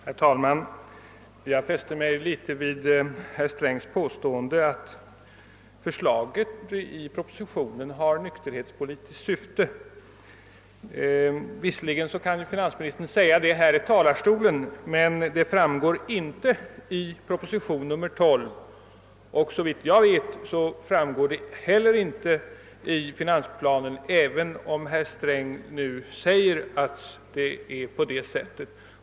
Herr talman! Jag fäste mig vid herr Strängs påstående att förslaget i propositionen har nykterhetspolitiskt syfte. Visserligen kan finansministern säga det här från talarstolen, men det framgår inte av propositionen nr 12 och såvitt jag vet inte heller av finansplanen.